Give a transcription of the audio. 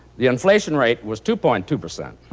the inflation rate was two point two percent.